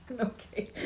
okay